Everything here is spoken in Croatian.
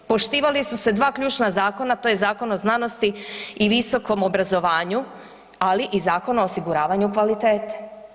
Poštivali su se dva ključna zakona, to je Zakon o znanosti i visokom obrazovanju, ali i Zakon o osiguravanju kvalitete.